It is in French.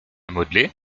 modeler